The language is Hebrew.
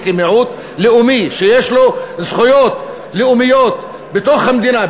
כמיעוט לאומי שיש לו זכויות לאומיות בתוך המדינה,